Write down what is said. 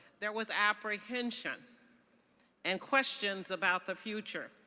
there was apprehension and questions about the future.